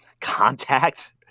contact